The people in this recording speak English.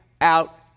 out